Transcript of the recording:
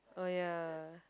oh ya